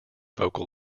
vocal